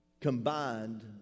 combined